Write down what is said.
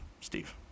Steve